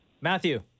Matthew